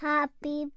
Happy